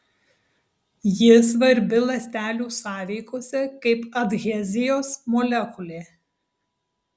ji svarbi ląstelių sąveikose kaip adhezijos molekulė